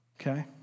Okay